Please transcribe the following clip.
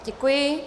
Děkuji.